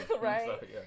Right